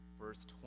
verse